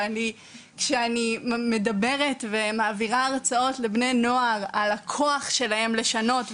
וכשאני מדברת ומעבירה הרצאות לבני נוער על הכוח שלהם לשנות,